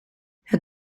het